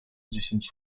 dziesięć